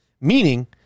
Meaning